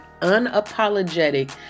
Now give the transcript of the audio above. unapologetic